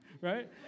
Right